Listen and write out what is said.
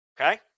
Okay